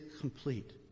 complete